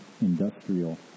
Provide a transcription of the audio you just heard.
industrial